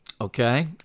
Okay